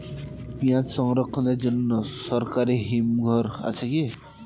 পিয়াজ সংরক্ষণের জন্য সরকারি হিমঘর আছে কি?